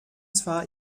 zwar